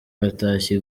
batashye